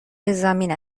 زمین